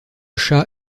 shah